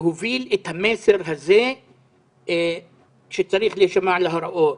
להוביל את המסר הזה שצריך להישמע להוראות,